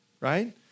right